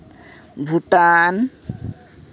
Bhutan